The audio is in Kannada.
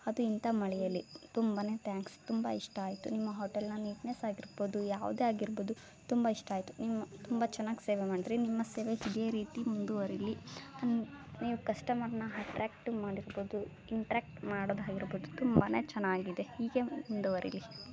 ಅದು ಇಂಥ ಮಳೆಯಲ್ಲಿ ತುಂಬ ತ್ಯಾಂಕ್ಸ್ ತುಂಬ ಇಷ್ಟ ಆಯಿತು ನಿಮ್ಮ ಹೋಟೆಲ್ನ ನೀಟ್ನೆಸ್ ಆಗಿರ್ಬೋದು ಯಾವ್ದೇ ಆಗಿರ್ಬೋದು ತುಂಬ ಇಷ್ಟ ಆಯಿತು ನೀವು ತುಂಬ ಚೆನ್ನಾಗಿ ಸೇವೆ ಮಾಡಿದಿರಿ ನಿಮ್ಮ ಸೇವೆ ಇದೇ ರೀತಿ ಮುಂದುವರಿಲಿ ನೀವು ಕಸ್ಟಮರನ್ನ ಅಟ್ರ್ಯಾಕ್ಟ್ ಮಾಡಿರ್ಬೋದು ಇಂಟ್ರ್ಯಾಕ್ಟ್ ಮಾಡೋದು ಆಗಿರ್ಬೋದು ತುಂಬ ಚೆನ್ನಾಗಿದೆ ಹೀಗೆ ಮುಂದುವರಿಲಿ